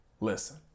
Listen